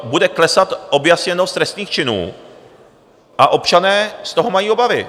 Bude klesat objasněnost trestných činů a občané z toho mají obavy.